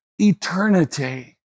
eternity